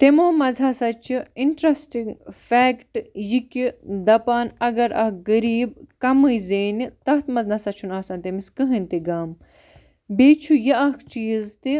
تِمو مَنٛز ہَسا چھِ اِنٹریٚسٹِنٛگ فیکٹ یہِ کہِ دَپان اگر اکھ غریب کمی زینہِ تتھ مَنٛز نَسا چھُنہٕ آسان تمِس کٕہٕنۍ تہِ غَم بیٚیہِ چھُ یہِ اکھ چیٖز تہِ